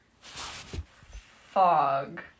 Fog